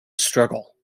struggle